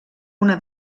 una